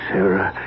Sarah